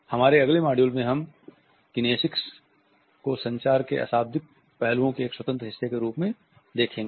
हमारे अगले मॉड्यूल में हम किनेसिक्स को संचार के अशाब्दिक पहलुओं के एक स्वतंत्र हिस्से के रूप में देखेंगे